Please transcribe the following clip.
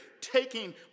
taking